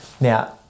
Now